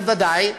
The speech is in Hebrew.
בוודאי,